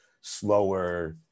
slower